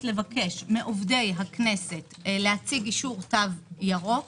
לבקש מעובדי הכנסת להציג אישור תו ירוק